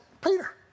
Peter